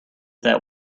that